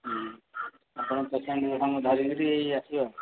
ଆପଣ ପେସେଣ୍ଟଙ୍କୁ ତାଙ୍କୁ ଧରିକି ଆସିବେ ଆଉ